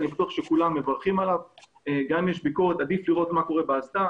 גם אם יש ביקורת, עדיף לראות מה קורה באסדה.